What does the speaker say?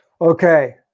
Okay